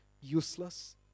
useless